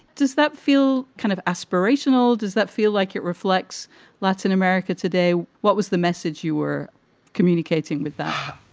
does that feel kind of aspirational? does that feel like it reflects latin america today? what was the message you were communicating with that?